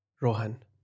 Rohan